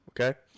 okay